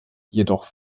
jedoch